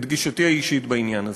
את גישתי האישית בעניין הזה.